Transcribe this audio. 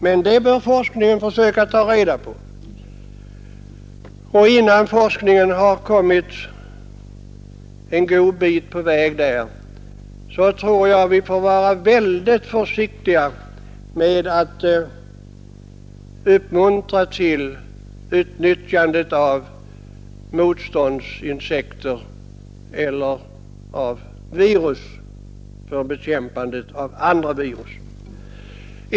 Men det får forskningen försöka ta reda på, och innan forskningen har kommit en god bit på väg där tror jag vi får vara väldigt försiktiga med att uppmuntra till utnyttjande av motståndsinsekter eller virus för bekämpande av andra virus.